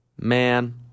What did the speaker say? Man